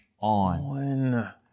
on